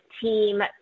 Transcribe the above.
team